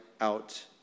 out